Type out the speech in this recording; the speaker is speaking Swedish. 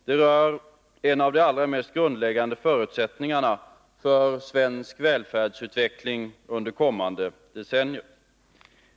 Den rör en av de allra mest grundläggande förutsättningarna för svensk välfärdsutveckling under kommande decennier.